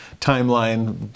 Timeline